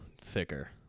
thicker